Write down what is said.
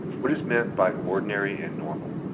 what is meant by ordinary and normal?